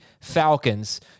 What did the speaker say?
Falcons